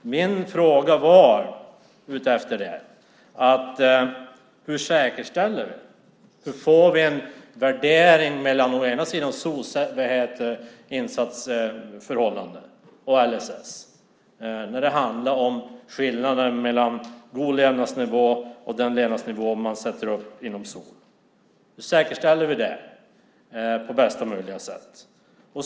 Min fråga var: Hur får vi en värdering av skillnaden mellan god levnadsnivå och den levnadsnivå man sätter upp inom SOL? Hur säkerställer vi detta på bästa möjliga sätt?